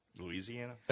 Louisiana